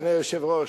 אדוני היושב-ראש,